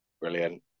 Brilliant